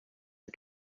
had